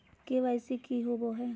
KYC की होबो है?